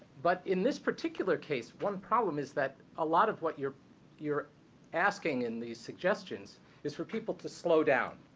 but in this particular case, one problem is that a lot of what you're you're asking in these suggestions is for people to slow down.